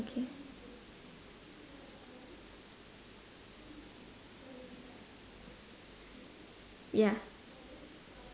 ~kay ya